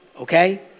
okay